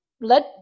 let